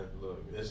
look